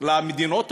למדינות העולם,